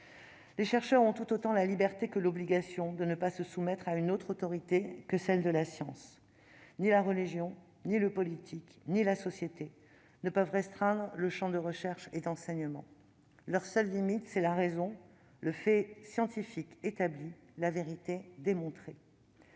Les chercheurs ont tout autant la liberté que l'obligation de ne pas se soumettre à une autre autorité que celle de la science. Ni la religion, ni le politique, ni la société ne peuvent restreindre le champ de leur recherche et de leur enseignement. Leur seule limite, c'est la raison, le fait scientifique établi, la vérité démontrée.